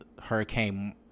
Hurricane